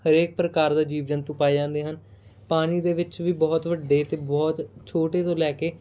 ਹਰੇਕ ਪ੍ਰਕਾਰ ਦਾ ਜੀਵ ਜੰਤੂ ਪਾਏ ਜਾਂਦੇ ਹਨ ਪਾਣੀ ਦੇ ਵਿੱਚ ਵੀ ਬਹੁਤ ਵੱਡੇ ਅਤੇ ਬਹੁਤ ਛੋਟੇ ਤੋਂ ਲੈ ਕੇ